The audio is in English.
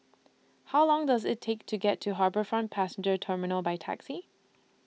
How Long Does IT Take to get to HarbourFront Passenger Terminal By Taxi